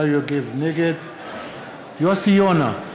נגד יוסי יונה,